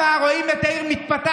שם רואים את העיר מתפתחת,